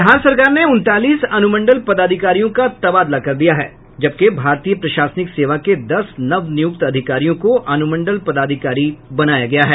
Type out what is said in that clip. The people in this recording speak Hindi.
बिहार सरकार ने उनतालीस अनुमंडल पदाधिकारियों का तबादला कर दिया है जबकि भारतीय प्रशासनिक सेवा के दस नव नियुक्त अधिकारियों को अनुमंडल पदाधिकारी बनाया गया है